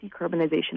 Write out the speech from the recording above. decarbonization